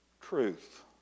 truth